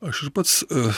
aš ir pats